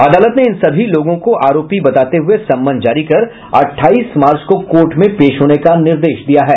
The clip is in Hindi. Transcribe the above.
अदालत ने इन सभी लोगों को आरोपी बताते हुए सम्मन जारी कर अठाईस मार्च को कोर्ट में पेश होने का निर्देश दिया है